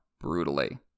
brutally